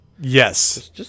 Yes